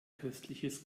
köstliches